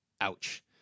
Ouch